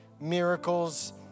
miracles